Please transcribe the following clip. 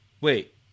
Wait